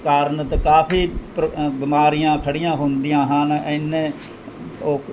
ਕਾਰਨ ਤੇ ਕਾਫੀ ਪ੍ਰੋ ਬਿਮਾਰੀਆਂ ਖੜ੍ਹੀਆਂ ਹੁੰਦੀਆਂ ਹਨ ਇੰਨੇ ਉਹ